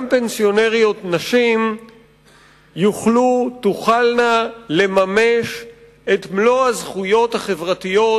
פנסיונריות-נשים יוכלו לממש את מלוא הזכויות החברתיות